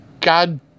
god